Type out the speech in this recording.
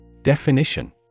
Definition